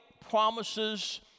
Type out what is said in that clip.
promises